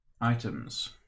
items